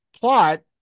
plot